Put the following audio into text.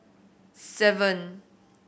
seven